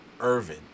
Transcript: Irvin